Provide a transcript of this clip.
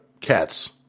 cats